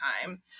time